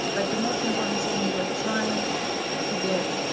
but the most important thing you are trying to get